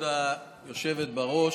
כבוד היושבת בראש,